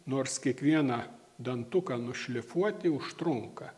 nors kiekvieną dantuką nušlifuoti užtrunka